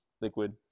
liquid